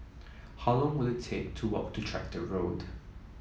how long will it take to walk to Tractor Road